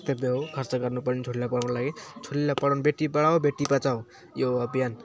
खर्च गर्नुपर्ने छोरीलाई पढाउनको लागि छोरीलाई पढाउन बेटी पढाऊ बोटी बचाऊ यो अभियान छ